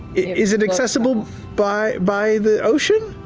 is it accessible by by the ocean?